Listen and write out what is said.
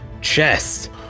chest